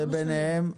זה ביניהם?